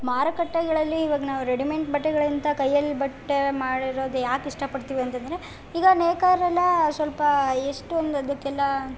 ಮಾರುಕಟ್ಟೆಗಳಲ್ಲಿ ಇವಾಗ್ ನಾವು ರೆಡಿಮೆಂಟ್ ಬಟ್ಟೆಗಳಿಂತ ಕೈಯಲ್ಲಿ ಬಟ್ಟೆ ಮಾಡಿರೋದು ಯಾಕೆ ಇಷ್ಟಪಡ್ತೀವಿ ಅಂತಂದರೆ ಈಗ ನೇಕಾರರೆಲ್ಲಾ ಸ್ವಲ್ಪ ಎಷ್ಟೊಂದು ಅದಕ್ಕೆಲ್ಲಾ